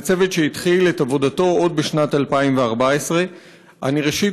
זה צוות שהתחיל את עבודתו עוד בשנת 2014. ראשית,